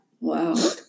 Wow